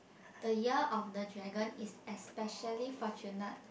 the year of the dragon is especially fortunate